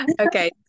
Okay